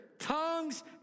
tongues